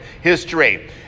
history